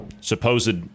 supposed